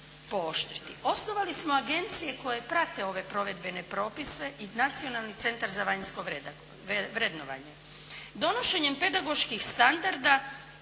Osnovali smo agencije koje prate ove provedbene propise i Nacionalni centar za vanjsko vrednovanje. Donošenjem pedagoških standarda